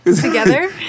together